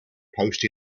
post